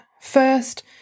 First